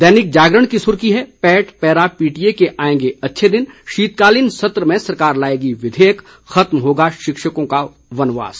दैनिक जागरण की सुर्खी है पैट पैरा पीटीए के आएंगे अच्छे दिन शीतकालीन सत्र में सरकार लाएगी विधयेक खत्म होगा शिक्षकों का वनवास